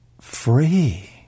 free